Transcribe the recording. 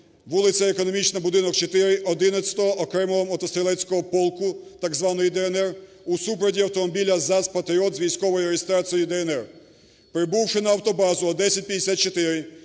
вулиця Економічна, будинок 4, 11 окремого мотострілецького полку так званої "ДНР" у супроводі автомобіля "ЗАЗ Патріот" з військовою реєстрацією "ДНР". Прибувши на автобазу о 10:54,